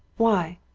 why?